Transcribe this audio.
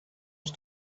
els